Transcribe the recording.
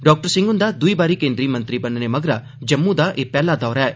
doctor Singh हुन्दा दुई बारी केन्द्रीय मंत्री बनने मगरा जम्मू दा एह पेहला दौरा ऐ